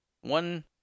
One